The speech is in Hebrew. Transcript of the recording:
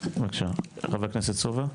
בבקשה, חבר הכנסת סובה.